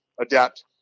adapt